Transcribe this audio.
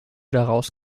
daraus